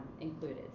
included